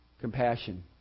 Compassion